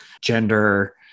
gender